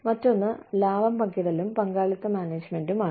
മറ്റൊന്ന് ലാഭം പങ്കിടലും പങ്കാളിത്ത മാനേജ്മെന്റുമാണ്